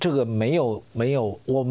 to the male male or